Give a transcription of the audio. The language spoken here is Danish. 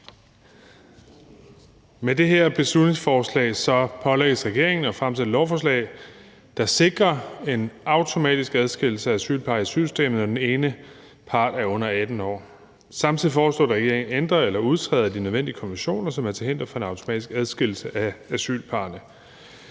Med det her beslutningsforslag pålægges regeringen at fremsætte et lovforslag, der sikrer en automatisk adskillelse af asylpar i asylsystemet, hvis den ene part er under 18 år. Samtidig foreslås det, at regeringen ændrer eller udtræder af de nødvendige konventioner, som er til hinder for en automatisk adskillelse af asylparrene.